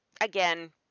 again